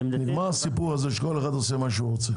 נגמר הסיפור הזה שכל אחד עושה מה שהוא רוצה.